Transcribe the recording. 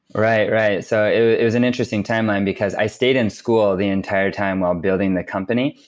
right, right. so it was an interesting timeline because i stayed in school the entire time while building the company.